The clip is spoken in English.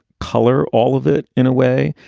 colour all of it. in a way,